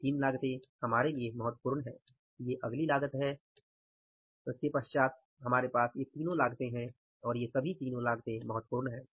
ये 3 लागतें हमारे लिए महत्वपूर्ण हैं